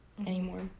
anymore